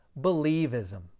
believism